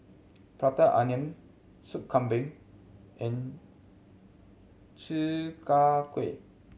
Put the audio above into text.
Prata Onion Soup Kambing and Chi Kak Kuih